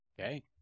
Okay